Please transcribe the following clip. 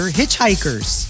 hitchhikers